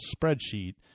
spreadsheet